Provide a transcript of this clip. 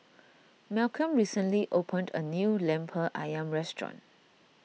Malcolm recently opened a new Lemper Ayam restaurant